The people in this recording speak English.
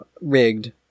rigged